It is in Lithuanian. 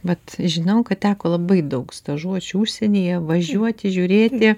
vat žinau kad teko labai daug stažuočių užsienyje važiuoti žiūrėti